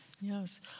Yes